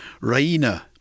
Raina